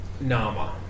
Nama